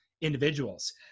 individuals